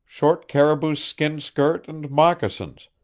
short caribou skin skirt and moccasins,